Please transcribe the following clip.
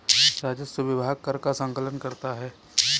राजस्व विभाग कर का संकलन करता है